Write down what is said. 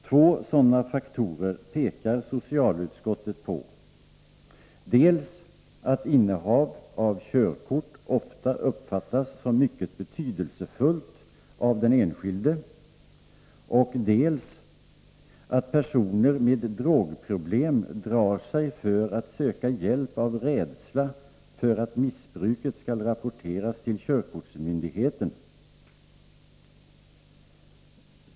Två sådana faktorer pekar socialutskottet på, nämligen dels att ”innehav av körkort ofta uppfattas som mycket betydelsefullt av den enskilde”, dels att ”personer med drogproblem drar sig för att söka hjälp av rädsla för att missbruket skall rapporteras till körkortsmyndigheten”.